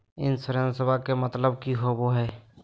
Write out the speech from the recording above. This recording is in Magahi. इंसोरेंसेबा के मतलब की होवे है?